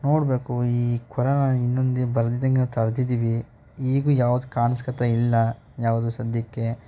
ನೋಡಬೇಕು ಈ ಕೊರೊನ ಇನ್ನೊಂದು ಬರ್ದಿದ್ದಂಗೆ ನಾವು ತಡೆದಿದ್ದೀವಿ ಈಗೂ ಯಾವ್ದು ಕಾಣ್ಸ್ಕೊಳ್ತಾ ಇಲ್ಲ ಯಾವುದು ಸದ್ಯಕ್ಕೆ